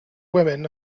women